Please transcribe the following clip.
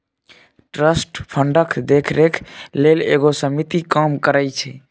trust फंडक देखरेख लेल एगो समिति काम करइ छै